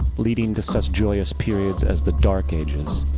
leading to such joyous periods as the dark ages,